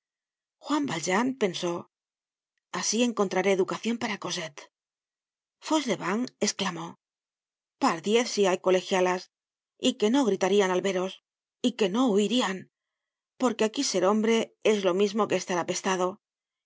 juan valjean pensó asi encontraré educacion para cosette fauchelevent esclamó pardiez si hay colegialas y que no gritarían al veros y que no huirian porque aquí ser hombre es lo mismo que estar apestado